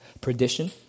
perdition